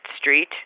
street